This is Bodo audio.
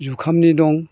जुखामनि दं